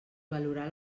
valorar